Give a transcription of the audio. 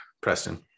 Preston